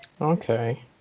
Okay